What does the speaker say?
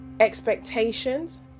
expectations